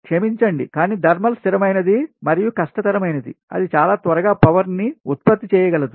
క్షమించండి కానీ థర్మల్ స్థిరమైనది మరియు కష్టతరమైనది అది చాలా త్వరగా పవర్ నిశక్తిని ఉత్పత్తి చేయగలదు